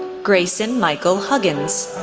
grayson michael huggins,